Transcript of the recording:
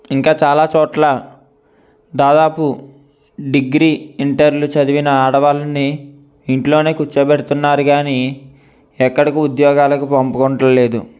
ఇంకా చాలా చోట్ల దాదాపు డిగ్రీ ఇంటర్లు చదివిన ఆడవాళ్ళని ఇంట్లోనే కూర్చోపెడుతున్నారు కాని ఎక్కడికు ఉద్యోగాలకు పంపుకుంటలేరు